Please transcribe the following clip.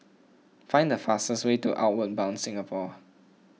find the fastest way to Outward Bound Singapore